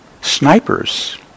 Snipers